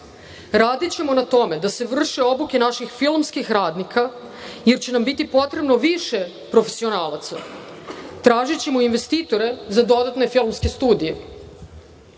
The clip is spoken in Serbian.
Radićemo na tome da se vrše obuke naših filmskih radnika, jer će nam biti potrebno više profesionalaca. Tražićemo investitore za dodatne filmske